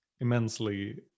immensely